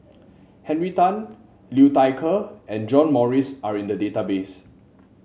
Henry Tan Liu Thai Ker and John Morrice are in the database